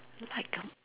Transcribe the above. like uh